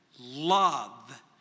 love